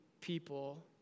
people